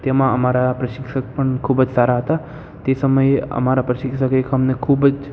તેમાં અમારા પ્રશિક્ષક પણ ખૂબ જ સારા હતા તે સમયે અમારા પ્રશિક્ષક એ અમને ખૂબ જ